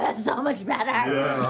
ah so much better!